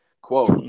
Quote